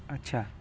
अच्छा